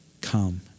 come